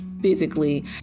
physically